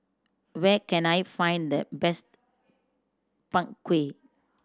where can I find the best Png Kueh